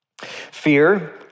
Fear